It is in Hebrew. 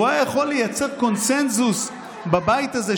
לייצר קונסנזוס בבית הזה,